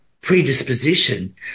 predisposition